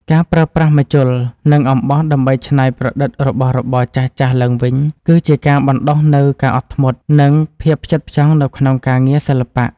ការប្រើប្រាស់ម្ជុល និង អំបោះដើម្បីច្នៃប្រឌិតរបស់របរចាស់ៗឡើងវិញ គឺជាការបណ្ដុះនូវការអត់ធ្មត់ និង ភាពផ្ចិតផ្ចង់នៅក្នុងការងារសិល្បៈ។